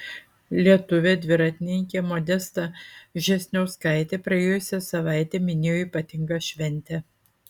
lietuvė dviratininkė modesta vžesniauskaitė praėjusią savaitę minėjo ypatingą šventę